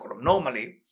Normally